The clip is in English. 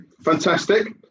fantastic